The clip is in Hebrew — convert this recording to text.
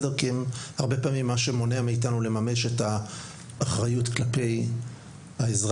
הם הרבה פעמים מה שמונע מאתנו לממש את האחריות כלפי האזרח.